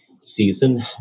season